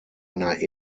einer